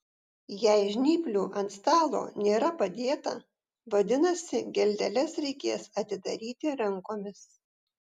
jei žnyplių ant stalo nėra padėta vadinasi geldeles reikės atidaryti rankomis